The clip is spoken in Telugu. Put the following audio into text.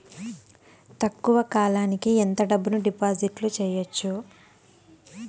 తక్కువ కాలానికి ఎంత డబ్బును డిపాజిట్లు చేయొచ్చు?